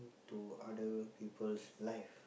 to other people's life